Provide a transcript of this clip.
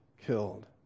killed